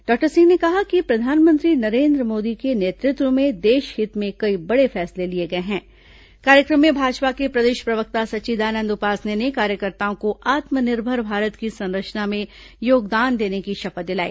doctor Singh ने कहा कि प्रधानमंत्री नरेन्द्र मोदी के नेतृत्व में देशहित में कई बड़े फैसले लिए गए हैं कार्यक्रम में भाजपा के प्रदेश प्रवक्ता सच्चिदानंद उपासने ने कार्यकर्ताओं को आत्मनिर्भर भारत की संरचना में योगदान देने की शपथ दिलाई